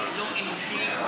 לא אנושי,